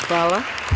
Hvala.